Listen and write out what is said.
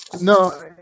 No